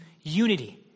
Unity